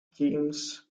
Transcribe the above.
keynes